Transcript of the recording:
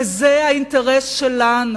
וזה האינטרס שלנו.